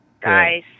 guys